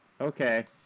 Okay